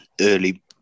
early